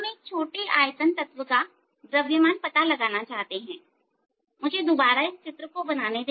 हम एक छोटे आयतन तत्व का द्रव्यमान पता लगाना चाहते हैं मुझे दोबारा इस चित्र को बनाने दे